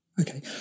Okay